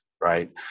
right